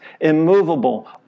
immovable